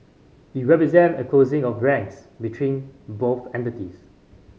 it represent a closing of ranks between both entities